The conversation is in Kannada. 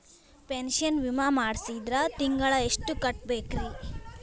ಪೆನ್ಶನ್ ವಿಮಾ ಮಾಡ್ಸಿದ್ರ ತಿಂಗಳ ಎಷ್ಟು ಕಟ್ಬೇಕ್ರಿ?